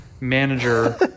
manager